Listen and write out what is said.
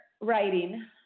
writing